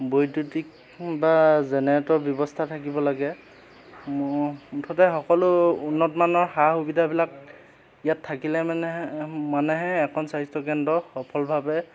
বৈদ্যুতিক বা জেনেৰেটৰ ব্যৱস্থা থাকিব লাগে মুঠতে সকলো উন্নতমানৰ সা সুবিধাবিলাক ইয়াত থাকিলে মানে মানে এখন স্বাস্থ্যকেন্দ্ৰ সফলভাৱে